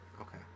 okay